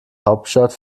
hauptstadt